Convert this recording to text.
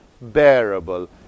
bearable